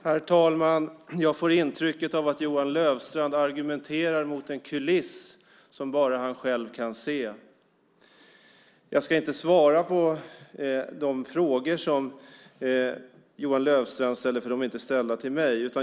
Herr talman! Jag får intrycket att Johan Löfstrand argumenterar mot en kuliss som bara han själv kan se. Jag ska inte svara på de frågor Johan Löfstrand ställde, för de är inte ställda till mig.